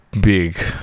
big